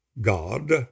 God